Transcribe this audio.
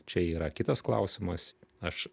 čia yra kitas klausimas aš